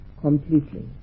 completely